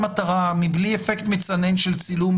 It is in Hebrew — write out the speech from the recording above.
כולל הפרקטיקות הנלוזות של להודיע לצלמים